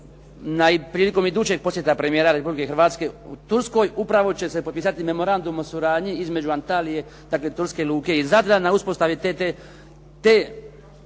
prilikom idućeg posjeta premijera Republike Hrvatske Turskoj upravo će se potpisati Memorandum o suradnji između Antalije turske luke i Zadra na uspostavi te